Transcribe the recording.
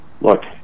look